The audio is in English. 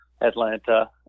Atlanta